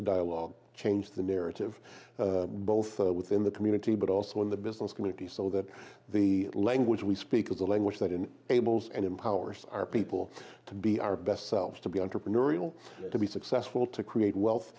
the dialogue change the narrative both within the community but also in the business community so that the language we speak of the language that in abel's and empowers our people to be our best selves to be entrepreneurial to be successful to create wealth